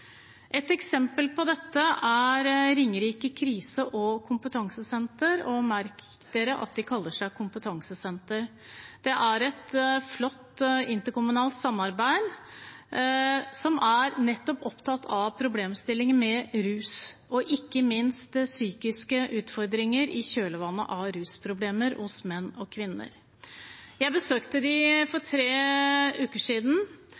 Et eksempel på dette er Ringerike krise- og kompetansesenter – og merk at de kaller seg kompetansesenter. Det er et flott interkommunalt samarbeid, som nettopp er opptatt av problemstillinger med rus og, ikke minst, psykiske utfordringer i kjølvannet av rusproblemer hos menn og kvinner. Jeg besøkte dem for tre uker siden.